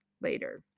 later